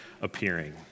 appearing